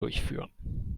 durchführen